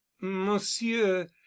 monsieur